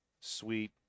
sweet